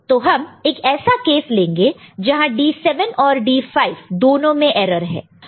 तो हम एक ऐसा केस लेंगे जहां D7 और D5 दोनों में एरर है